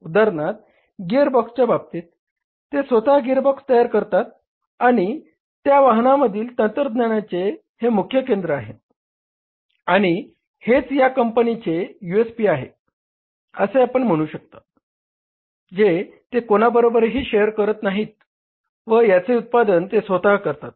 उदाहरणार्थ गिअरबॉक्सच्या बाबतीत ते स्वतः गिअरबॉक्स तयार करतात कारण हे त्या वाहनमधील तंत्रज्ञानाचे हे मुख्य केंद्र आहे आणि हेच या कंपनीचे यूएसपी आहे असे आपण म्हणू शकता जे ते कोणाबरोबरही शेअर करत नाहीत व याचे उत्पादन ते स्वतः करतात